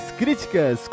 críticas